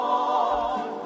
on